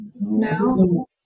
No